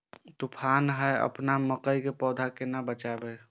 तुफान है अपन मकई के पौधा के केना बचायब?